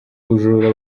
ubujura